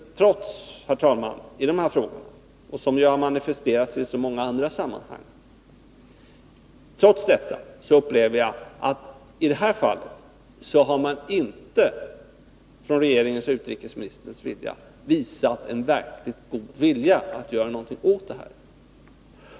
Trots den stora samstämmigheten i de här frågorna, som ju har manifesterats i så många andra sammanhang, upplever jag att regeringen och utrikesministern i det här fallet inte har visat en verkligt god vilja att göra någonting.